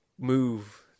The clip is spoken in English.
move